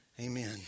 Amen